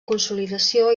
consolidació